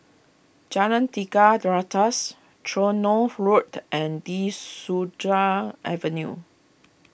Jalan Tiga Ratus Tronoh Road and De Souza Avenue